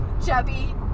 Chubby